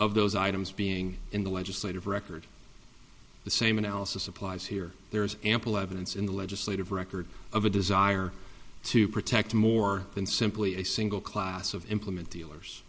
of those items being in the legislative record the same analysis applies here there is ample evidence in the legislative record of a desire to protect more than simply a single class of implement dealers